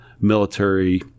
military